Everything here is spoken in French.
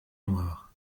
noir